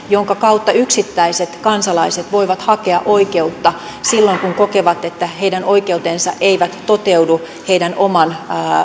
jonka kautta yksittäiset kansalaiset voivat hakea oikeutta silloin kun kokevat että heidän oikeutensa eivät toteudu heidän oman